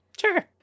sure